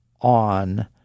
on